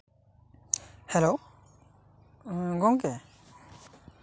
hello ᱜᱚᱢᱠᱮ